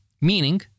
Meaning